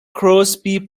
crosby